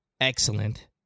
Excellent